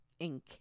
Inc